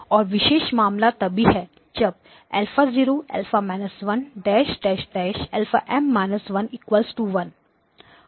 और विशेष मामला तभी है जब α 0 α1 α M 1 1